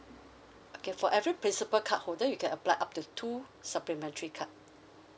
okay for every principal card holder you can apply up to two supplementary card